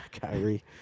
Kyrie